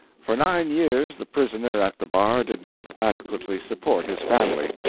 for nine years the prisoner at the bar did not adequately support his family.